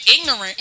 ignorant